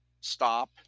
stop